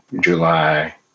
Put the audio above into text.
July